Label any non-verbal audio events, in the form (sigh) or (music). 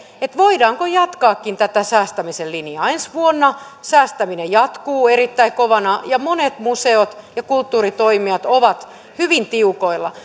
voidaanko tätä säästämisen linjaa jatkaakin ensi vuonna säästäminen jatkuu erittäin kovana ja monet museot ja kulttuuritoimijat ovat hyvin tiukoilla (unintelligible)